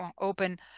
open